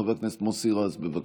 חבר הכנסת מוסי רז, בבקשה.